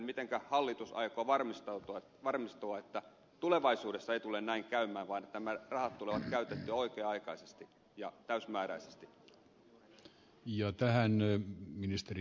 mitenkä hallitus aikoo varmistaa että tulevaisuudessa ei tule näin käymään vaan että nämä rahat tulee käytettyä oikea aikaisesti ja täysimääräisesti